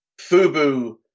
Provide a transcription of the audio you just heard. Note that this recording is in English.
FUBU